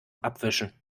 abwischen